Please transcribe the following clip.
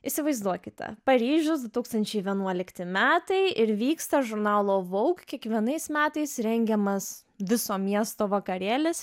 įsivaizduokite paryžius du tūkstančiai vienuolikti metai ir vyksta žurnalo voug kiekvienais metais rengiamas viso miesto vakarėlis